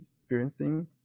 experiencing